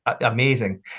amazing